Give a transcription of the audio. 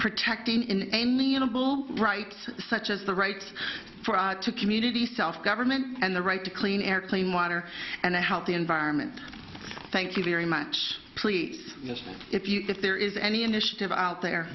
neoliberal rights such as the rights to community self government and the right to clean air clean water and a healthy environment thank you very much please if you if there is any initiative out there